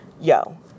yo